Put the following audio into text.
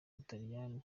butaliyani